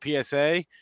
PSA